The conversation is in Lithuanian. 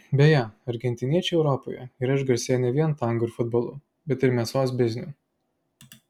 beje argentiniečiai europoje yra išgarsėję ne vien tango ir futbolu bet ir mėsos bizniu